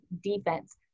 defense